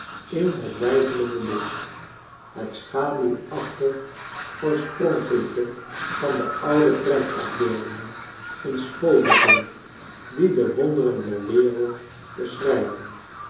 in het weifelende licht het schaduwachtig oorspronkelijke van de oude prent afbeeldingen in schoolboeken die de wonderen der wereld beschrijven